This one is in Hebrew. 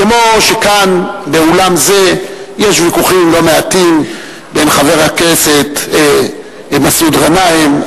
כמו שכאן באולם זה יש ויכוחים לא מעטים בין חבר הכנסת מסעוד גנאים,